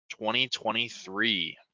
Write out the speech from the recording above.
2023